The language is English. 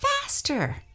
faster